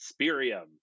spirium